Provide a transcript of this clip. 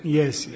yes